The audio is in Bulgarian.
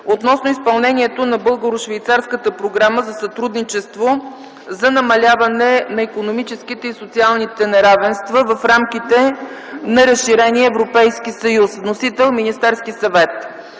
относно изпълнението на българо-швейцарската програма за сътрудничество за намаляване на икономическите и социалните неравенства в рамките на разширения Европейски съюз. Вносител: Министерският съвет;